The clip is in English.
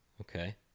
Okay